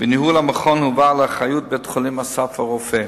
וניהול המכון הועבר לאחריות בית-החולים "אסף הרופא".